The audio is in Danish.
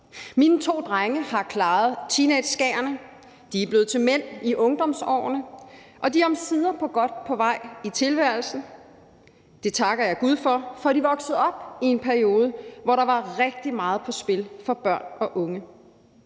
Mine to drenge har klaret teenageskærene, de er blevet til mænd i ungdomsårene, og de er omsider godt på vej i tilværelsen. Det takker jeg Gud for, for de er vokset op i en periode, hvor der var rigtig meget på spil for børn og unge.